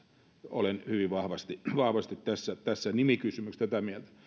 olen hyvin vahvasti vahvasti tässä tässä nimikysymyksessä tätä mieltä